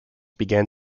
began